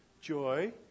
joy